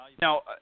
Now